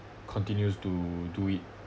continues to do it